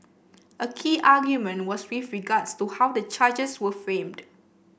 a key argument was with regards to how the charges were framed